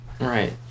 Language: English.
Right